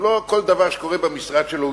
הוא לא יודע כל דבר שקורה במשרד שלו.